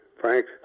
Frank